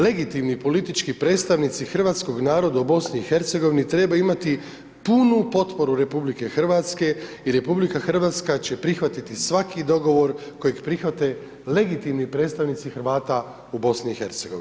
Legitimni politički predstavnici hrvatskog naroda u BiH treba imati punu potporu RH i RH će prihvatiti svaki dogovor kojeg prihvati legitimni predstavnici Hrvata u BiH.